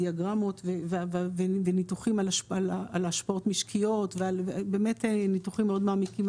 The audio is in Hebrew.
דיאגרמות וניתוחים על השפעות משקיות ובאמת ניתוחים מאוד מעמיקים.